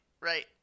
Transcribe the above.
right